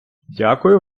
дякую